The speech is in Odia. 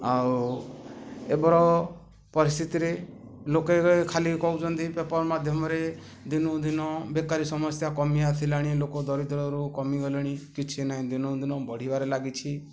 ଆଉ ଏବେର ପରିସ୍ଥିତିରେ ଲୋକେ ଖାଲି କହୁଛନ୍ତି ପେପର୍ ମାଧ୍ୟମରେ ଦିନକୁ ଦିନ ବେକାରୀ ସମସ୍ୟା କମିଲାଣି ଲୋକ ଦରିଦ୍ରରୁ କମିଗଲେଣି କିଛି ନାହିଁ ଦିନକୁ ଦିନ ବଢ଼ିବାରେ ଲାଗିଛି